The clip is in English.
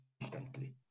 instantly